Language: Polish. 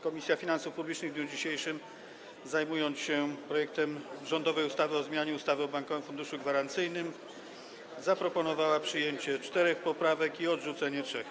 Komisja Finansów Publicznych, w dniu dzisiejszym zajmując się rządowym projektem ustawy o zmianie ustawy o Bankowym Funduszu Gwarancyjnym, zaproponowała przyjęcie czterech poprawek i odrzucenie trzech.